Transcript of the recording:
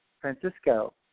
Francisco